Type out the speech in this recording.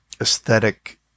aesthetic